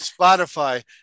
Spotify